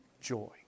joy